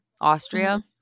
Austria